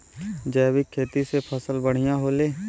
जैविक खेती से फसल बढ़िया होले